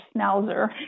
schnauzer